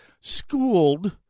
schooled